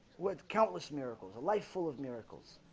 with countless miracles a life full of miracles